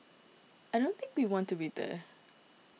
I don't think we want to be there